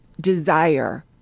desire